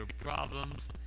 problems